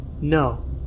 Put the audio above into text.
No